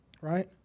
Right